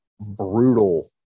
brutal